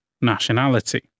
nationality